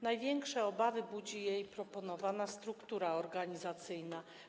Największe obawy budzi proponowana struktura organizacyjna.